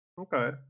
Okay